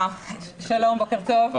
שלום, בוקר טוב.